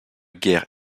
guerre